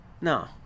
No